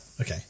Okay